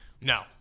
no